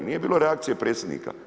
Nije bilo reakcije predsjednika.